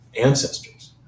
ancestors